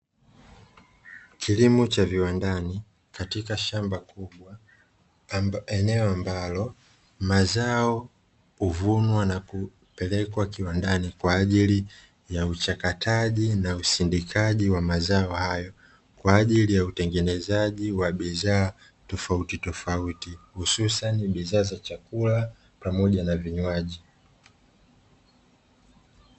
Kilimo cha viwandani katika shamba kubwa eneo ambalo mazao huvunwa na kupelekwa kiwandani, kwa ajili ya uchakataji na usindikaji wa mazao hayo kwa ajili ya utengenezaji wa bidhaa tofautitofauti, hususan bidhaa za chakula pamoja na vinywaji.